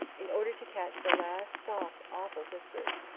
in order to catch the last soft awful whispers.